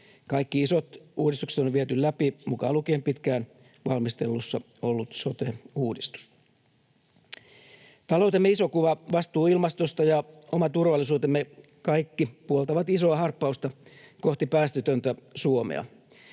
Kaikki isot uudistukset on viety läpi, mukaan lukien pitkään valmistelussa ollut sote-uudistus. Taloutemme iso kuva, vastuu ilmastosta ja oma turvallisuutemme, kaikki, puoltavat isoa harppausta kohti päästötöntä Suomea.